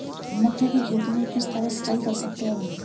मक्के की खेती में किस तरह सिंचाई कर सकते हैं?